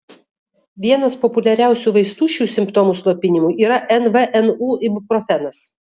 vienas populiariausių vaistų šių simptomų slopinimui yra nvnu ibuprofenas